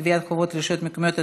גביית חובות לרשויות המקומיות),